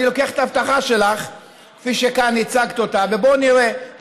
אני לוקח את ההבטחה שלך כפי שכאן הצגת אותה ובואו נראה.